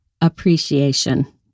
appreciation